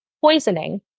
poisoning